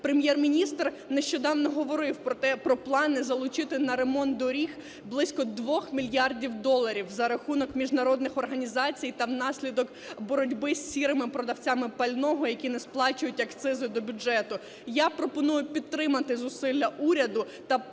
Прем'єр-міністр нещодавно говорив про те, про плани залучити на ремонт доріг близько 2 мільярдів доларів за рахунок міжнародних організацій та внаслідок боротьби з сірими продавцями пального, які не сплачують акцизу до бюджету. Я пропоную підтримати зусилля уряду та сьогодні